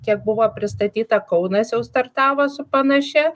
kiek buvo pristatyta kaunas jau startavo su panašia